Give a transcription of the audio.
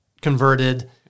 converted